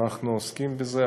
אנחנו עוסקים בזה,